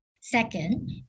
Second